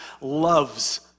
loves